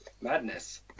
Madness